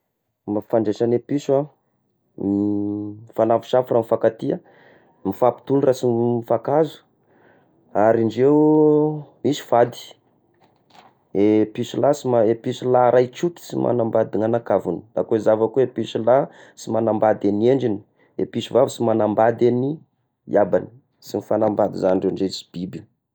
Ny mampifandraisa ny i piso ah, ny mifanafosafo raha mifankatia, mifampitoly raha sy mifankahazo, ary indreo misy fady, i piso lahy sy mahay, i piso lahy iary sotry sy manamdady ny anakavigny, da koa za va koa piso lahy sy manambady ny endrigny, i piso vavy sy manambady ny iabany, sy mifanambady zagny indreo ndray sy biby io.